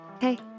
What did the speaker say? Hey